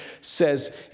says